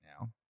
now